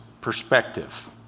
perspective